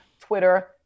Twitter